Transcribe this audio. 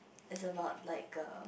it's about like a